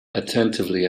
attentively